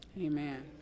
Amen